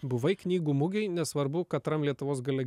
buvai knygų mugėj nesvarbu katram lietuvos gale